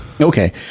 Okay